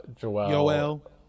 Joel